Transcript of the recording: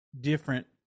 different